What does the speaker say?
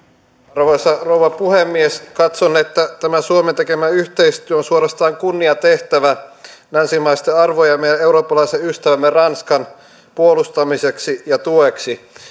arvoisa rouva puhemies katson että tämä suomen tekemä yhteistyö on suorastaan kunniatehtävä länsimaisten arvojemme ja eurooppalaisen ystävämme ranskan puolustamiseksi ja tueksi